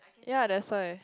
ya that's why